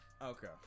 Okay